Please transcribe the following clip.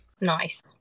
Nice